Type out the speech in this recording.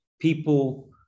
people